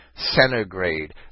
centigrade